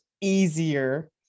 easier